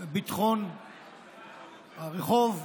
ביטחון הרחוב,